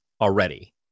already